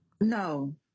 No